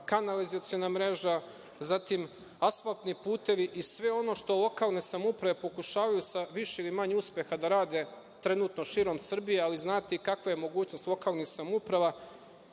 kanalizaciona mreža, zatim asfaltni putevi i sve ono što lokalne samouprave pokušavaju sa više ili manje uspeha da rade trenutno širom Srbije, ali znate i kakva je mogućnost lokalnih samouprava,